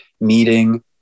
meeting